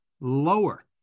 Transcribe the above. lower